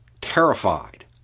terrified